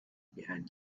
behind